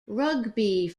rugby